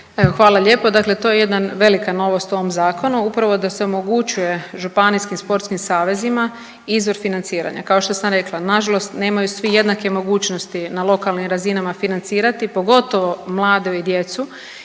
hvala lijepo. Dakle to je jedan, velika novost u ovom zakonu upravo da se omogućuje županijskim sportskim savezima izvor financiranja. Kao što sam rekla nažalost nemaju svi jednake mogućnosti na lokalnim razinama financirati pogotovo mlade i djecu